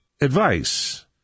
advice